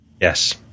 Yes